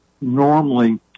normally